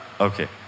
okay